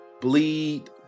bleed